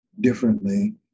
differently